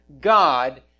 God